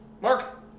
Mark